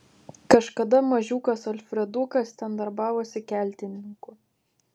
kažkada mažiukas alfredukas ten darbavosi keltininku